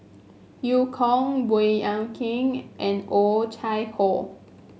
Eu Kong Baey Yam Keng and Oh Chai Hoo